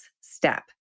step